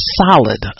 solid